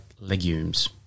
legumes